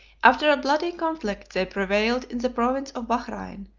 after a bloody conflict, they prevailed in the province of bahrein,